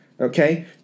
Okay